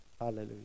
Hallelujah